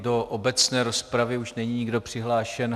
Do obecné rozpravy už není nikdo přihlášen.